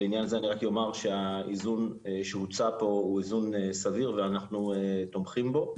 לעניין הזה אני אומר שהאיזון שהוצע פה הוא איזון סביר ואנחנו תומכים בו.